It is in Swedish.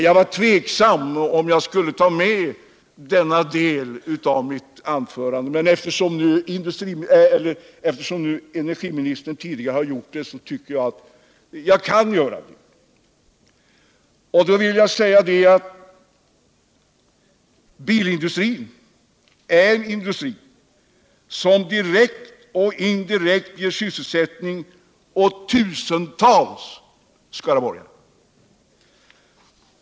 Jag var tveksam om jag skulle ta upp detta i mitt anförande. men eftersom energiministern tidigare har gjort det, tycker jag att även jag kan göra det. Jag vill då säga att bilindustrin direkt och indirekt ger sysselsättning åt tusentals skaraborgare.